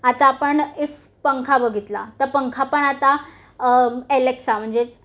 आता आपण इफ पंखा बघितला तर पंखापण आता एलेक्सा म्हणजेच